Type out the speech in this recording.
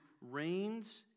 reigns